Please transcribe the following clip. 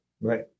Right